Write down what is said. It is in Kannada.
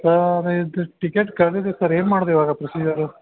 ಸರ್ ಇದು ಟಿಕೆಟ್ ಕಳ್ದಿದೀವಿ ಸರ್ ಏನು ಮಾಡೋದು ಇವಾಗ ಪ್ರೊಸೀಜರ್